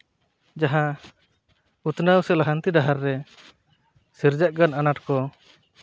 ᱡᱟᱦᱟᱸ ᱩᱛᱱᱟᱹᱣ ᱥᱮ ᱞᱟᱦᱟᱱᱛᱤ ᱰᱟᱦᱟᱨ ᱨᱮ ᱥᱤᱨᱡᱟᱹᱜ ᱠᱟᱱ ᱟᱱᱟᱴ ᱠᱚ